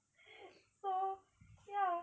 so ya